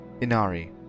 Inari